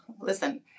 listen